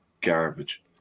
garbage